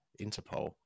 Interpol